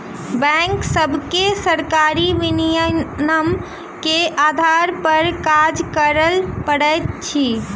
bank सभके सरकारी विनियमन के आधार पर काज करअ पड़ैत अछि